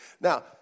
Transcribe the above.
Now